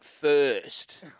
first